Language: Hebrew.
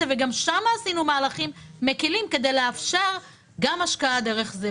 וגם שם עשינו מהלכים מקלים כדי לאפשר גם השקעה דרך זה.